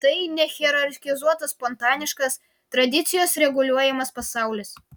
tai nehierarchizuotas spontaniškas tradicijos reguliuojamas pasaulis